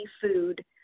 food